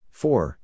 four